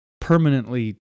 permanently